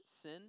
sin